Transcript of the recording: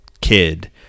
kid